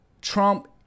Trump